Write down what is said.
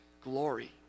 glory